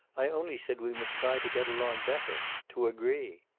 i only said we must try to get along better. to agree.